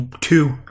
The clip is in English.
two